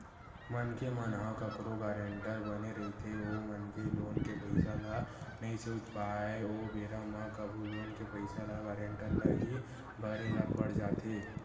मनखे मन ह कखरो गारेंटर बने रहिथे ओ मनखे लोन के पइसा ल नइ छूट पाय ओ बेरा म कभू लोन के पइसा ल गारेंटर ल ही भरे ल पड़ जाथे